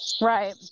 Right